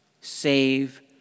save